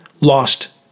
Lost